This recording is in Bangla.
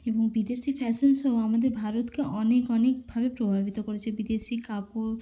এবং বিদেশি ফ্যাশান শো আমাদের ভারতকে অনেক অনেকভাবে প্রভাবিত করেছে বিদেশি কাপড়